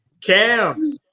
Cam